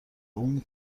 اون